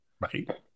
Right